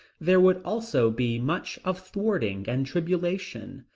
there would also be much of thwarting and tribulation.